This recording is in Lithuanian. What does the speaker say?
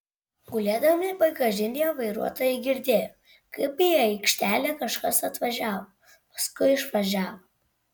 gulėdami bagažinėje vairuotojai girdėjo kaip į aikštelę kažkas atvažiavo paskui išvažiavo